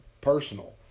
personal